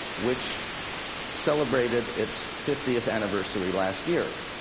which celebrated its fiftieth anniversary last year.